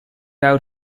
out